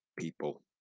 people